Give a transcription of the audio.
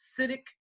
acidic